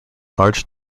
large